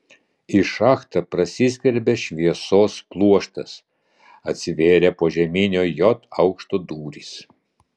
į šachtą prasiskverbė šviesos pluoštas atsivėrė požeminio j aukšto durys